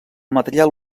material